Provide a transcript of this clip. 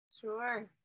sure